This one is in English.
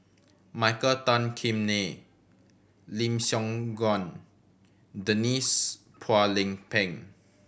Michael Tan Kim Nei Lim Siong Guan Denise Phua Lay Peng